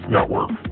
Network